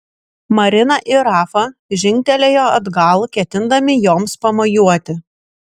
marina ir rafa žingtelėjo atgal ketindami joms pamojuoti